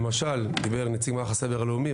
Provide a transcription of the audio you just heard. למשל דיבר נציג מערך הסייבר הלאומי,